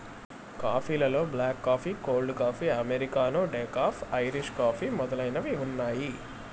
coffee లలో black coffee, cold coffee, americano, decaf, Irish coffee మొదలైనవి ఉన్నాయి